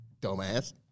Dumbass